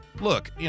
Look